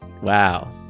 Wow